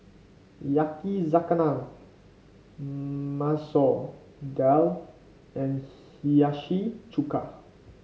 Yakizakana Masoor Dal and Hiyashi Chuka